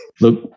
Look